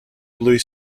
blue